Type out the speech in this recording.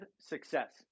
success